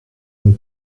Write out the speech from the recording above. and